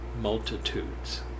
multitudes